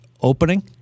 opening